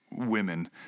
Women